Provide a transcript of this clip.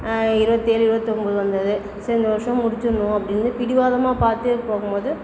இருவத்தேழு இருபத்தொம்போது வந்திடுது சரி இந்த வருஷம் முடிச்சிடணும் அப்படின்னு பிடிவாதமாக பார்த்து போகும்போது